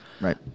right